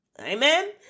amen